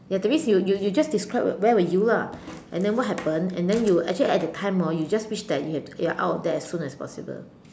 ya that means you you you just describe where were you lah and then what happened and then you actually at that time orh you just wish that you had you were out of there as soon as possible